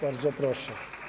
Bardzo proszę.